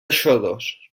xodos